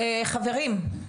חברים,